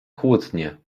kłótnie